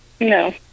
No